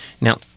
Now